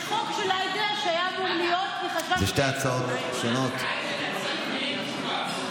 אלה שתי הצעות שונות.